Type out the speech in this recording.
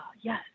yes